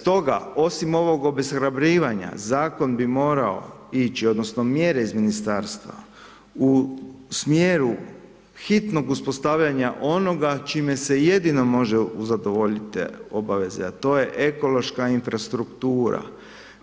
Stoga osim ovog obeshrabrivanja zakon bi morao ići, odnosno mjere iz ministarstva u smjeru hitnog uspostavljanja onoga čime se jedino mogu zadovoljiti te obaveze a to je ekološka infrastruktura